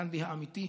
גנדי האמיתי,